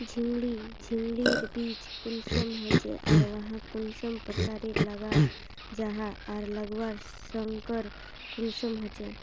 झिंगली झिंग लिर बीज कुंसम होचे आर वाहक कुंसम प्रकारेर लगा जाहा आर लगवार संगकर कुंसम होचे?